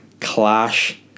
clash